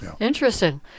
interesting